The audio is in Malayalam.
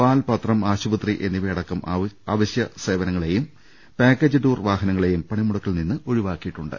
പാൽ പത്രം ആശുപത്രി എന്നിവയടക്കം അവശ്യസേവനങ്ങളെയും പാക്കേജ് ടൂർ വാഹനങ്ങളെയും പണിമുടക്കിൽ നിന്ന് ഒഴിവാക്കിയിട്ടുണ്ട്